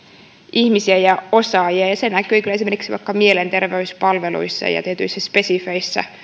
ihmisiä ja osaajia se näkyy kyllä esimerkiksi vaikka mielenterveyspalveluissa ja ja tietyissä spesifeissä